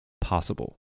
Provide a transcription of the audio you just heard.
possible